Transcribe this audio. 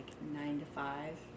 nine-to-five